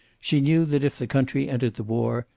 she knew that if the country entered the war,